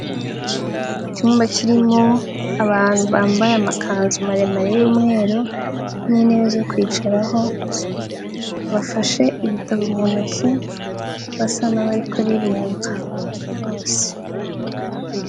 Icyumba kirimo abantu bambaye amakanzu maremare y'umweru, n'intebe zo kwicaraho, bafashe ibitabo mu ntoki, basa n'abari kuririmba, bose.